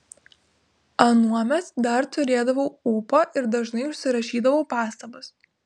anuomet dar turėdavau ūpo ir dažnai užsirašydavau pastabas